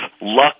luck